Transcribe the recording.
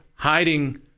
Hiding